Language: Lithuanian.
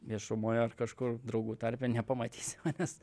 viešumoje ar kažkur draugų tarpe nepamatysi manęs